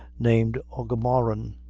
named aughamuran,